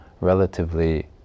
relatively